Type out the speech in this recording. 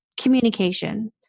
communication